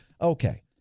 Okay